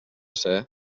ser